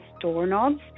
doorknobs